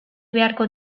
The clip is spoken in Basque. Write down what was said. beharko